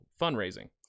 fundraising